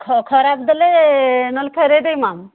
ଖ ଖରାପ ଦେଲେ ନହେଲେ ଫେରେଇଦେବି ମ୍ୟାଡ଼ାମ୍